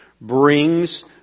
brings